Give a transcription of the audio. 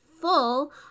full